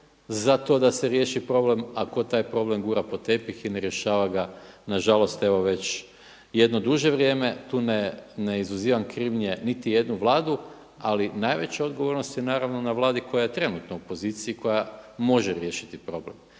za to da se riješi problem a tko taj problem gura pod tepih i ne rješava ga nažalost evo već jedno duže vrijeme. Tu ne izuzivam krivnje niti jednu Vladu ali najveća odgovornost je naravno na Vladi koja je trenutno u poziciji koja može riješiti problem.